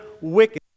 wicked